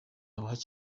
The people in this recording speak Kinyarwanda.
haba